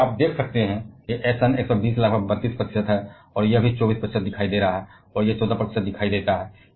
क्योंकि आप देख सकते हैं कि Sn 120 लगभग 32 प्रतिशत दिखाई देता है यह भी 24 प्रतिशत दिखाई दे रहा है और यह 14 प्रतिशत दिखाई देता है